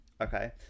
okay